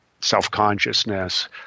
self-consciousness –